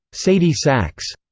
sadie sachs,